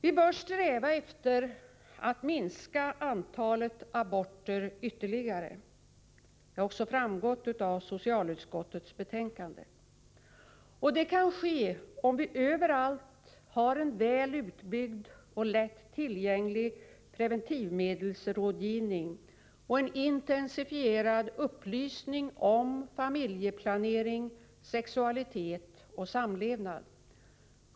Vi bör sträva efter att minska antalet aborter ytterligare; det har också framgått av socialutskottets betänkande. Det kan ske, om vi överallt har en väl utbyggd och lätt tillgänglig preventivmedelsrådgivning och en intensifierad upplysning om familjeplanering, sexualitet och samlevnad.